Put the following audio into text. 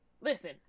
Listen